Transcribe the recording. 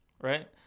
right